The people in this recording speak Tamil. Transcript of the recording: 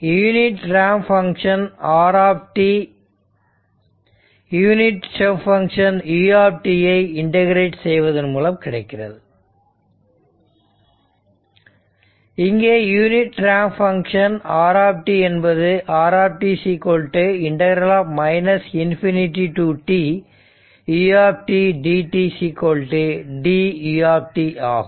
unit ramp function r unit step function u ஐ இன்டெகிரெட் செய்வதன் மூலம் கிடைக்கிறது இங்கே யூனிட் ரேம்ப் பங்க்ஷன் r என்பது r ∞ to t ∫ u dt t u ஆகும்